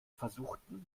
versuchten